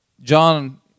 John